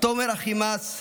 תומר אחימס,